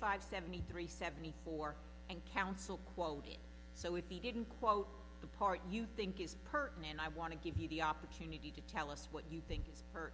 five seventy three seventy four and counsel quoted so if you didn't quote the part you think is person and i want to give you the opportunity to tell us what you think is her